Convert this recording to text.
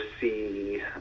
see